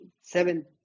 seven